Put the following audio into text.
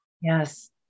Yes